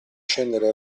scendere